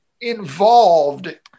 involved